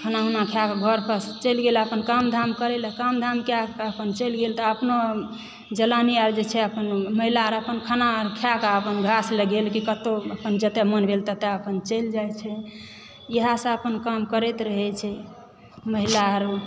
खाना उना खायके घर परसँ चलि गेल अपन काम धाम करय लऽ काम धाम कएके अपन चलि गेल तऽ अपनो जनानी आओर छै महिला आर अपन खाना आर खाएके अपन घास लऽ गेल की कतहुँ अपन जतए मन भेल ततए अपन चलि जाइ छै इएहसभ अपन काम करैत रहै छै महिला अर